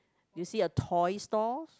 do you see a toy stores